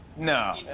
no.